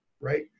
right